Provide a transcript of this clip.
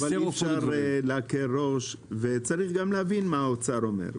אי אפשר להקל ראש וצריך גם להבין מה האוצר אומר.